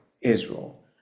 Israel